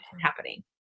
happening